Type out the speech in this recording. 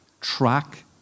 track